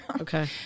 Okay